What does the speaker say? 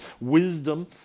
wisdom